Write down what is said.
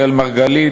אראל מרגלית,